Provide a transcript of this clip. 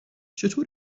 چطور